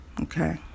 Okay